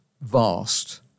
vast